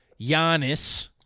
Giannis